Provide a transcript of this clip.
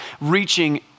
reaching